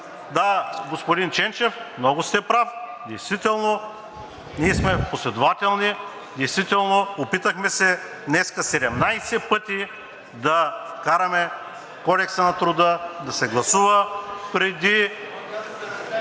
Да, господин Ченчев, много сте прав, действително ние сме последователни, действително днес се опитахме 17 пъти да вкараме Кодекса на труда, да се гласува преди…